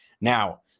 Now